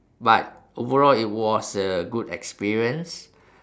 but overall it was a good experience